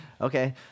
Okay